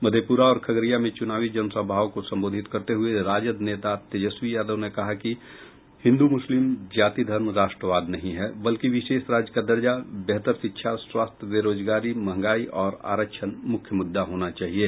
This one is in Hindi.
मधेपुरा और खगड़िया में चुनावी जनसभाओं को संबोधित करते हुये राजद नेता तेजस्वी यादव ने कहा कि हिन्दू मुस्लिम जाति धर्म राष्ट्रवाद नहीं है बल्कि विशेष राज्य का दर्जा वेहतर शिक्षा स्वास्थ्य बेरोजगारी मंहगाई और आरक्षण मुख्य मुद्दा होना चाहिये